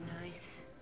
nice